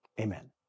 Amen